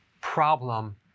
problem